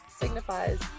signifies